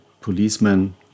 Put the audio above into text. policemen